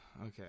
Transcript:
Okay